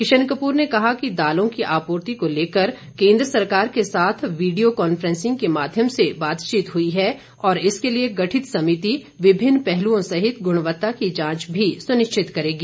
किशन कपूर ने कहा कि दालों की आपूर्ति को लेकर केन्द्र सरकार के साथ वीडियो कॉन्फ्रेंसिंग के माध्यम से बातचीत हुई है और इसके लिए गठित समिति विभिन्न पहलुओं सहित गृणवत्ता की जांच भी सुनिश्चित करेगी